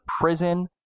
prison